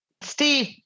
Steve